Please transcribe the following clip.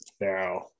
Now